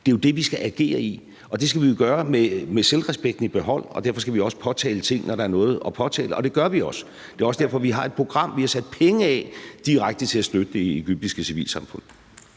Det er jo det, vi skal agere i, og det skal vi gøre med selvrespekten i behold, og derfor skal vi også påtale ting, når der er noget at påtale, og det gør vi også. Det er også derfor, vi har et program – vi har sat penge af til direkte at støtte det egyptiske civilsamfund.